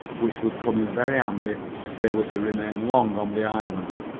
which would come in very handy if they were to remain long on the island,